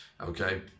okay